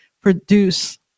produce